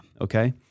Okay